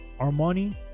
Armani